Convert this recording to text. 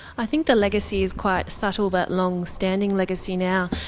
i think the legacy is quite subtle but long-standing legacy now,